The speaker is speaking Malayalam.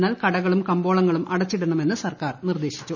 എന്നാൽ കടകളും കമ്പോളങ്ങളും അടച്ചിടണമെന്ന് സർക്കാർ നിർദേശിച്ചു